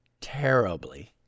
Terribly